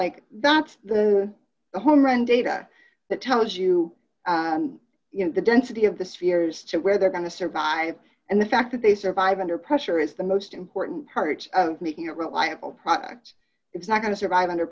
like that the home run data that tells you you know the density of the spheres to where they're going to survive and the fact that they survive under pressure is the most important part of making it reliable product it's not going to survive under